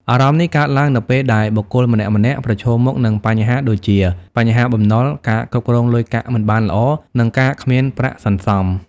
អារម្មណ៍នេះកើតឡើងនៅពេលដែលបុគ្គលម្នាក់ៗប្រឈមមុខនឹងបញ្ហាដូចជា បញ្ហាបំណុល ការគ្រប់គ្រងលុយកាក់មិនបានល្អ និងការគ្មានប្រាក់សន្សំ។